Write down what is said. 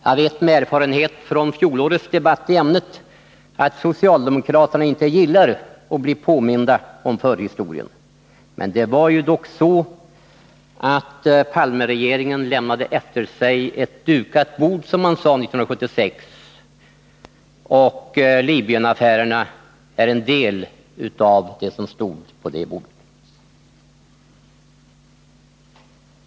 Jag vet med erfarenhet från fjolårets debatt i ämnet att socialdemokraterna inte gillar att bli påminda om förhistorien, men det var ju dock så att Palmeregeringen 1976 lämnade efter sig ett dukat bord, som man sade, och Libyenaffären är en del av det som fanns på det bordet.